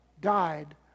died